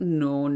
no